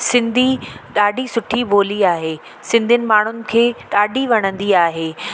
सिंधी ॾाढी सुठी ॿोली आहे सिंधियुनि माण्हुनि खे ॾाढी वणंदी आहे